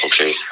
Okay